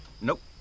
Nope